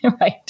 right